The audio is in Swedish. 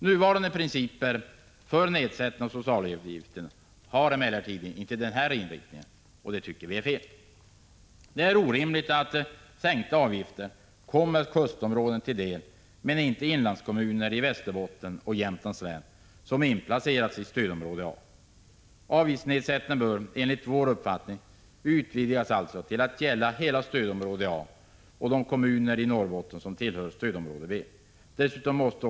Nuvarande principer för nedsättningen av socialavgifterna har emellertid inte denna inriktning. Och det tycker vi är fel. Det är orimligt att sänkta avgifter kommer kustområden till del men inte inlandskommuner i Västerbottens och Jämtlands län, som inplacerats i stödområde A. Avgiftsnedsättningen bör, enligt vår uppfattning, utvidgas till Prot. 1985/86:149 att gälla hela stödområde A och de kommuner i Norrbotten som tillhör 22 maj 1986 stödområde B.